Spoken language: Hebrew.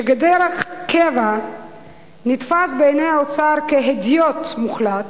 שכדרך קבע נתפס בעיני האוצר כהדיוט מוחלט,